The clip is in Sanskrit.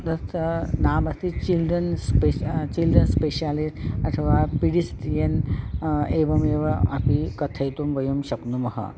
तथा नाम अस्ति चिल्ड्रन् स्पेश चिल्ड्रन् स्पेशलिस् अथवा पिडिस्तियन् एवमेव अपि कथयितुं वयं शक्नुमः